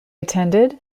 attended